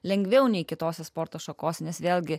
lengviau nei kitose sporto šakos nes vėlgi